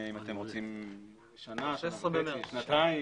אם אתם רוצים שנה, שנה וחצי, שנתיים.